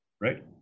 Right